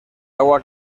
agua